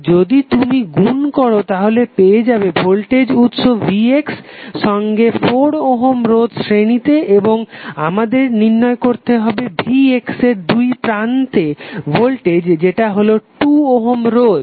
তো যদি তুমি গুন করো তাহলে পেয়ে যাবে ভোল্টেজ উৎস vx সঙ্গে 4 ওহম রোধ শ্রেণীতে এবং আমাদের নির্ণয় করতে হবে vx এর দুইপ্রান্তে ভোল্টেজ যেটা হলো 2 ওহম রোধ